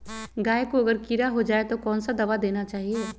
गाय को अगर कीड़ा हो जाय तो कौन सा दवा देना चाहिए?